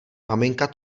maminka